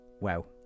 Wow